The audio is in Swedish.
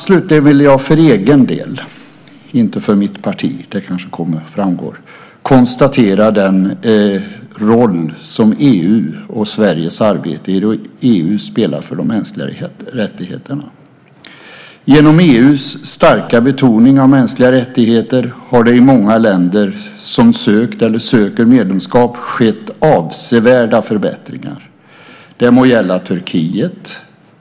Slutligen vill jag för egen del, inte för mitt parti, men det kanske framgår, konstatera den roll som EU och Sveriges arbete i EU spelar för de mänskliga rättigheterna. Genom EU:s starka betoning av mänskliga rättigheter har det i många länder som har sökt, eller söker, medlemskap skett avsevärda förbättringar. Det må gälla Turkiet.